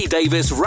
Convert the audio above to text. Davis